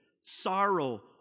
sorrow